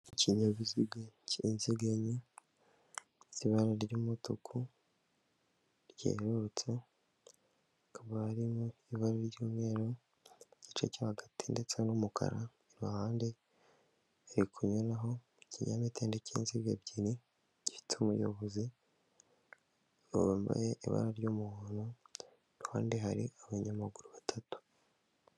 Ikinyabiziga cy'inziga enye ibara ry'umutuku ryerurutse haba mu ibara ry'umweru, igice cyo hagati ndetse n'umukara iruhande hari kunyuho ikinyamitede cy'inziga ebyiri gifite umuyobozi wambaye ibara ry'umuhondo iruhande hari abanyamaguru batatu.